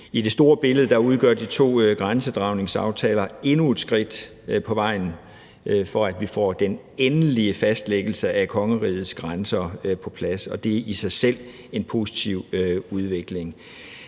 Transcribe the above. I det store billede udgør de to grænsedragningsaftaler endnu et skridt på vejen, for at vi får den endelige fastlæggelse af kongerigets grænser på plads, og det er i sig selv en positiv udvikling.